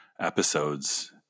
episodes